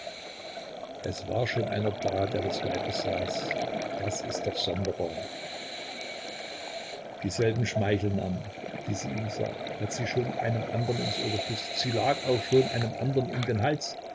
es war schon einer da der das weib besaß das ist doch sonderbar dieselben schmeichelnamen die sie ihm sagt hat sie schon einem andern ins ohr geflüstert sie lag auch schon einem andern um den hals